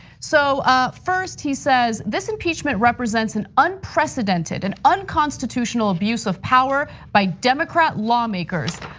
so ah first, he says, this impeachment represents an unprecedented and unconstitutional abuse of power by democrat lawmakers,